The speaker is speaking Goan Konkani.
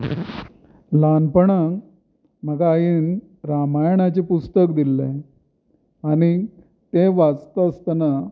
ल्हानपणांत म्हाका आईन रामायणाचें पुस्तक दिल्लें आनी तें वाचता आसतना